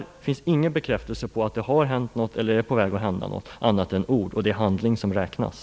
Det finns inga bekräftelser på att det har hänt någonting eller är på väg att hända någonting. Det är bara ord; det är handling som räknas.